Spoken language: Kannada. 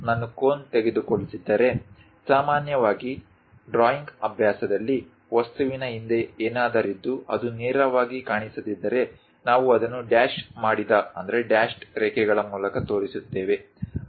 ಆದ್ದರಿಂದ ನಾನು ಕೋನ್ ತೆಗೆದುಕೊಳ್ಳುತ್ತಿದ್ದರೆ ಸಾಮಾನ್ಯವಾಗಿ ಡ್ರಾಯಿಂಗ್ ಅಭ್ಯಾಸದಲ್ಲಿ ವಸ್ತುವಿನ ಹಿಂದೆ ಏನಾದರಿದ್ದು ಅದು ನೇರವಾಗಿ ಕಾಣಿಸದಿದ್ದರೆ ನಾವು ಅದನ್ನು ಡ್ಯಾಶ್ ಮಾಡಿದ ರೇಖೆಗಳ ಮೂಲಕ ತೋರಿಸುತ್ತೇವೆ